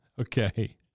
Okay